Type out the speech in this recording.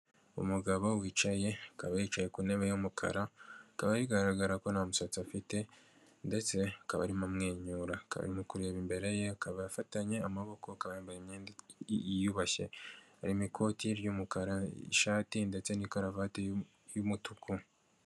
Umugabo wicaye, akaba yicaye ku ntebe y'umukara, bikaba bigaragara ko nta musatsi afite ndetse akaba arimo amwenyura, akaba arimo kureba imbere ye, akaba afatanye amaboko, akaba yambaye imyenda yiyubashye harimo ikoti ry'umukara n'ishati ndetse n'ikaruvati y'umutuku.